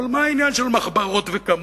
אבל מה העניין של מחברות וכמון,